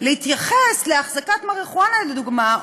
להתייחס להחזקת מריחואנה לדוגמה,